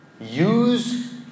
Use